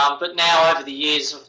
um but now, over the years,